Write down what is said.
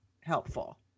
helpful